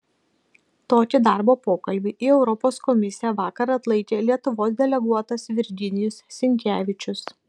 tokį darbo pokalbį į europos komisiją vakar atlaikė lietuvos deleguotas virginijus sinkevičius